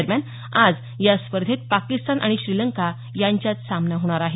दरम्यान आज या स्पर्धेत पाकिस्तान आणि श्रीलंका यांच्यात सामना होणार आहे